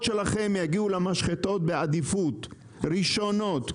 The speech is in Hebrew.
שלכם יגיעו למשחטות בעדיפות ראשונה,